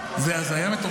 זה הזיה?